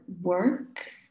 work